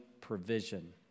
provision